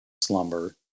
slumber